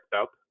up